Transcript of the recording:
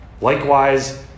Likewise